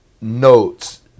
notes